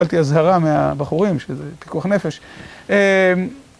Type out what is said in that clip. קיבלתי אזהרה מהבחורים, שזה פיקוח נפש.